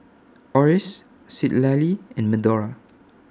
Oris Citlali and Medora